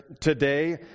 today